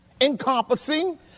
encompassing